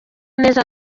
neza